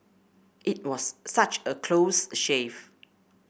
it was such a close shave